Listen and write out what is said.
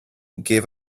gave